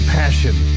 passion